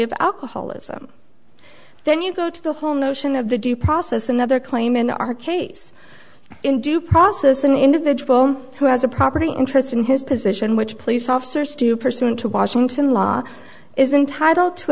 of alcoholism then you go to the whole notion of the due process another claim in our case in due process an individual who has a property interest in his position which police officers do pursuant to washington law is entitle to